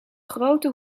grote